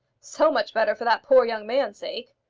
so much better for that poor young man's sake.